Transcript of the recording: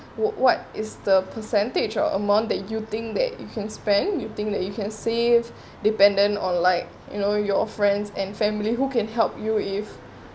what what is the percentage of amount that you think that you can spend you think that you can save dependent on like you know your friends and family who can help you if